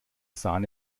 sahne